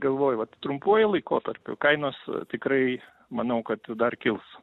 galvoju vat trumpuoju laikotarpiu kainos tikrai manau kad dar kils